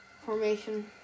Formation